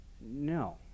No